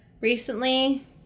recently